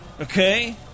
Okay